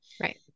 Right